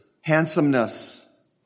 handsomeness